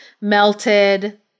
melted